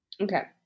Okay